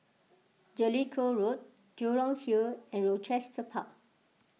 Jellicoe Road Jurong Hill and Rochester Park